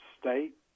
state